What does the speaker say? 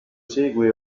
segue